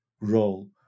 role